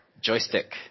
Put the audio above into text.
joystick